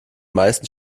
meisten